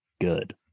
good